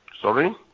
Sorry